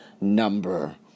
number